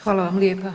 Hvala vam lijepa.